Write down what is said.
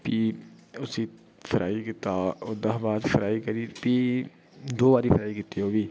फ्ही उसी फ्राई कीता ओह्दे शा बाच फ्राई करी फ्ही दो बारी फ्राई कीती ओह् बी